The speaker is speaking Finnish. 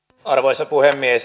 arvoisa puhemies